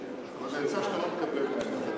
אבל זו עצה שאתה לא מקבל ממני.